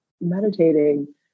meditating